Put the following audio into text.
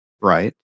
Right